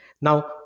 Now